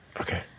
Okay